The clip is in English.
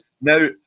Now